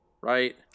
right